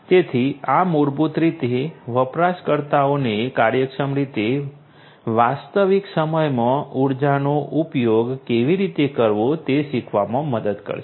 તેથી આ મૂળભૂત રીતે વપરાશકર્તાઓને કાર્યક્ષમ રીતે વાસ્તવિક સમયમાં ઊર્જાનો ઉપયોગ કેવી રીતે કરવો તે શીખવામાં મદદ કરશે